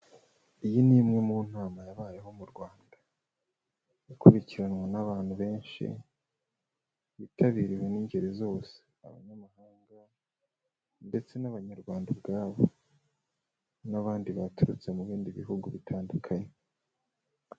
Iyi ni imwe mu nama yabayeho mu Rwanda ikurikiranwa n'abantu benshi, yitabiriwe n'ingeri zose, abanyamahanga ndetse n'abanyarwanda ubwabo n'abandi baturutse mu bindi bihugu bitandukanye.